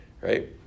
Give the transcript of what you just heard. Right